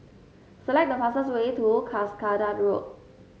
select the fastest way to Cuscaden Road